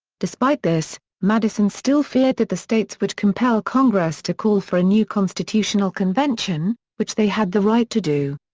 despite this, madison still feared that the states would compel congress to call for a new constitutional convention, which they had the right to do.